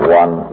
one